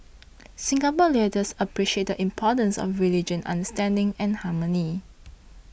Singapore leaders appreciate the importance of religion understanding and harmony